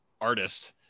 artist